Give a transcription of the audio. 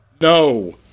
No